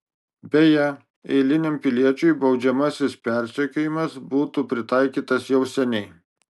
beje eiliniam piliečiui baudžiamasis persekiojimas būtų pritaikytas jau seniai